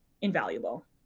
invaluable